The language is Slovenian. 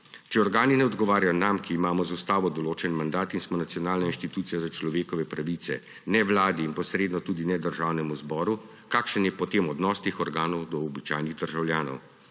Če organi ne odgovarjajo nam, ki imamo z ustavo določen mandat in smo nacionalna inštitucija za človekove pravice, ne Vladi in posredno tudi ne Državnemu zboru, kakšen je potem odnos teh organov do običajnih državljanov?